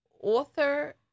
author